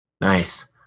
Nice